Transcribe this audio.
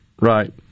Right